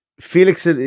Felix